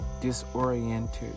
disoriented